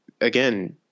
again